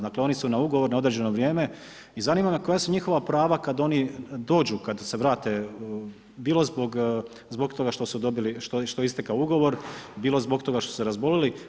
Dakle, oni su na ugovor na određeno vrijeme i zanima me koja su njihova prava kad oni dođu kad se vrate, bilo zbog toga što su dobili, što je istekao ugovor, bilo zbog toga što su se razbolili.